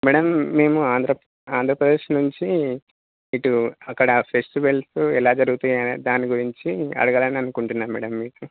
madam మేము ఆంధ్ర ఆంధ్రప్రదేశ్ నుంచి ఇటు అక్కడ ఫెస్టివల్స్ ఎలా జరుగుతాయి అనే దాని గురించి అడుగాలి అని అనుకుంటున్నా మేడం మీకు